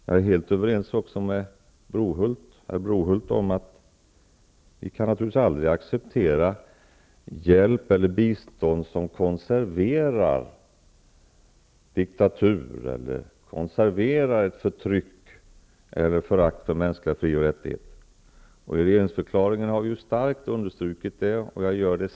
Jag är helt överens med herr Brohult om att vi aldrig kan acceptera att hjälp eller bistånd konserverar en diktatur, ett förtryck eller förakt för mänskliga fri och rättigheter. I regeringsförklaringen har vi starkt understrukit det.